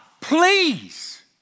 please